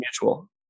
mutual